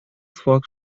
факт